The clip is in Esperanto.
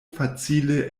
facile